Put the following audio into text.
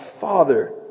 Father